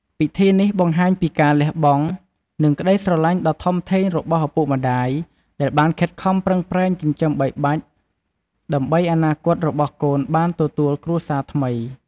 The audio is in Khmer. ពិធីនេះបង្ហាញពីការលះបង់ និងក្តីស្រឡាញ់ដ៏ធំធេងរបស់ឪពុកម្តាយ ដែលបានខិតខំប្រឹងប្រែង ចិញ្ចឹមបីបាច់ ដើម្បីអនាគតរបស់កូនបានទទួលគ្រួសារថ្មី។